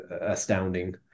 astounding